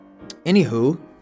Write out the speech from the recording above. Anywho